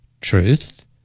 Truth